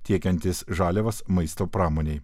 tiekiantys žaliavas maisto pramonei